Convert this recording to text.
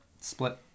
Split